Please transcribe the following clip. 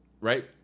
right